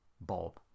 bob